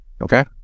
Okay